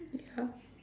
ya